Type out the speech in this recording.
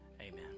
Amen